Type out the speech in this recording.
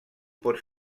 pot